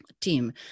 team